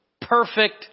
perfect